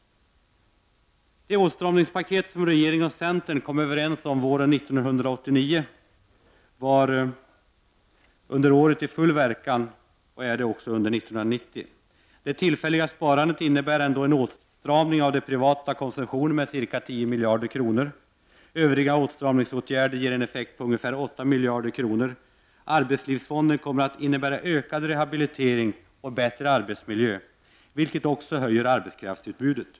De åtstramningsåtgärder som regeringen kom överens om våren 1989 var under förra året i full verkan och är så också under år 1990. Det tillfälliga sparandet innebär en åtstramning av den privata konsumtionen med ca 10 miljarder kronor. Övriga åtstramningsåtgärder ger en effekt på ungefär på 8 miljarder kronor. Arbetslivsfonden kommer att innebära ökad rehabilitering och bättre arbetsmiljö, vilket också höjer arbetskraftsutbudet.